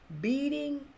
beating